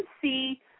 see